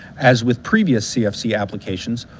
as with previous cfc applications,